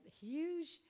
huge